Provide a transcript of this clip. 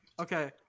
Okay